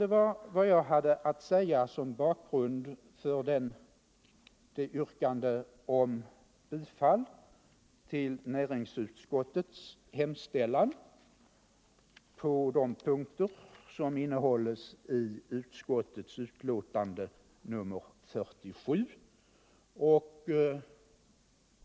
Detta var vad jag hade att säga som bakgrund till mitt yrkande om bifall till näringsutskottets hemställan på de punkter som innehålles i utskottets betänkande nr 47.